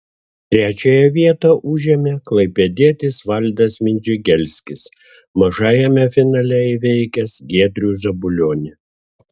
trečiąją vietą užėmė klaipėdietis valdas vindžigelskis mažajame finale įveikęs giedrių zabulionį